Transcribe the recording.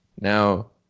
Now